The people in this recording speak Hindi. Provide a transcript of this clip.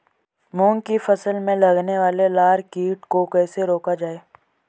मूंग की फसल में लगने वाले लार कीट को कैसे रोका जाए?